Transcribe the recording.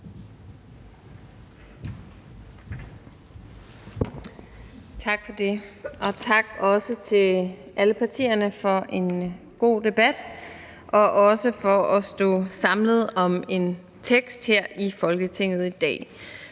Tak for det, og også tak til alle partierne for en god debat og også for at stå samlet om et forslag til vedtagelse her i Folketinget i dag.